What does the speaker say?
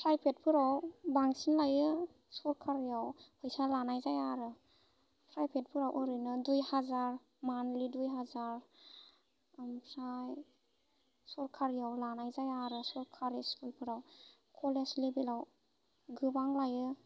प्राइभेटफोराव बांसिन लायो सरकारियाव फैसा लानाय जाया आरो प्राइभेटफोराव ओरैनो दुइ हाजार मान्थलि दुइ हाजार ओमफ्राय सरकारियाव लानाय जाया आरो सरकारि स्कुलफ्राव कलेज लेभेलाव गोबां लायो